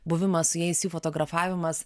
buvimas su jais jų fotografavimas